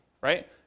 right